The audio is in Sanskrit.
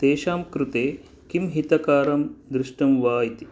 तेषां कृते किं हितकारं दुष्टं वा इति